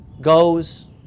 goes